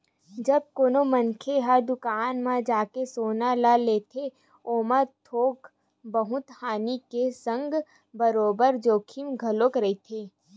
जब कोनो मनखे ह दुकान म जाके सोना ल लेथे ओमा थोक बहुत हानि के संग बरोबर जोखिम घलो रहिथे